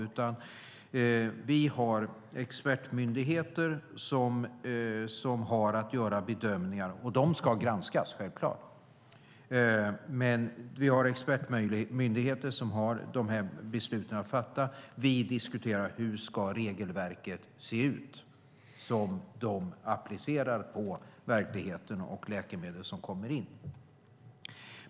Vi har i stället expertmyndigheter som har att göra bedömningar. De ska självklart granskas, men vi har expertmyndigheter som har dessa beslut att fatta. Vi diskuterar hur det regelverk de applicerar på verkligheten och de läkemedel som kommer in ska se ut.